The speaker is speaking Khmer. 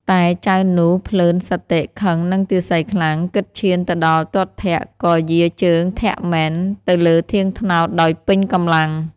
តែ...ចៅនោះភ្លើនសតិខឹងនឹងទាសីខ្លាំង គិតឈានទៅដល់ទាត់ធាក់ ក៏យារជើងធាក់មែន ទៅលើធាងត្នោតដោយពេញកម្លាំង។